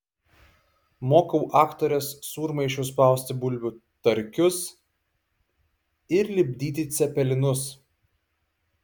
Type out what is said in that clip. mokau aktores sūrmaišiu spausti bulvių tarkius ir lipdyti cepelinus